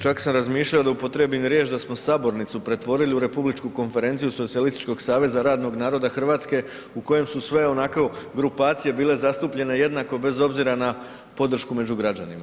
Čak sam razmišljao da upotrijebim riječ da smo sabornicu pretvorili u republičku konferenciju Socijalističkog saveza radnog naroda Hrvatske u kojem su sve onako grupacije bile zastupljene jednako bez obzira na podršku među građanima.